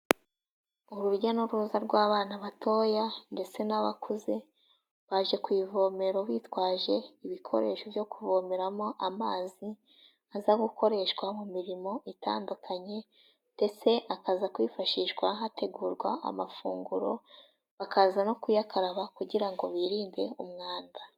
Urujya n'uruza rw'abana batoya ndetse n'abakuze, baje ku ivomero bitwaje ibikoresho byo kuvomeramo amazi aza gukoreshwa mu mirimo itandukanye ndetse akaza kwifashishwa hategurwa amafunguro, bakaza no kuyakaraba kugira ngo birinde umwanda.